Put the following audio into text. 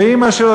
ואימא שלו,